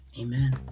amen